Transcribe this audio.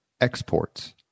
exports